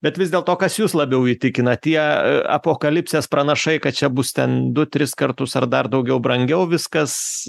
bet vis dėl to kas jus labiau įtikina tie apokalipsės pranašai kad čia bus ten du tris kartus ar dar daugiau brangiau viskas